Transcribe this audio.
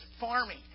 farming